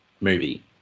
movie